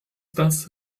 das